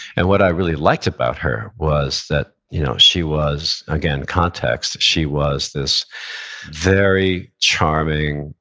and what i really liked about her was that you know she was, again, context, she was this very charming,